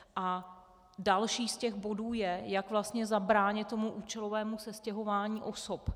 A další z těch bodů je, jak vlastně zabránit tomu účelovému sestěhování osob.